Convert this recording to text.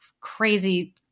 Crazy